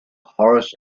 horus